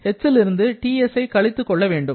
H ல் இருந்து TS ஐ கழித்துக் கொள்ள வேண்டும்